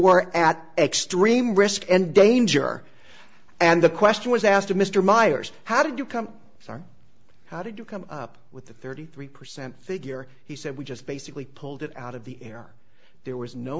were at extreme risk and danger and the question was asked of mr meyers how did you come star how did you come up with the thirty three percent figure he said we just basically pulled it out of the air there was no